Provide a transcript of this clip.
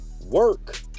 work